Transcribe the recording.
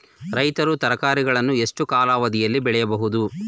ರೈತರು ತರಕಾರಿಗಳನ್ನು ಎಷ್ಟು ಕಾಲಾವಧಿಯಲ್ಲಿ ಬೆಳೆಯಬಹುದು?